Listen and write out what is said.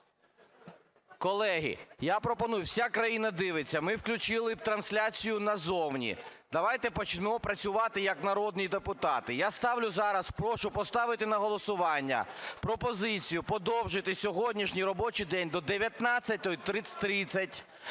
Колеги, я пропоную, вся країна дивиться, ми включили трансляцію назовні, давайте почнемо працювати як народні депутати. Я ставлю зараз, прошу поставити на голосування пропозицію подовжити сьогоднішній робочий день до 19:30,